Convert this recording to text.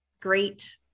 great